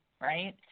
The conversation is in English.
right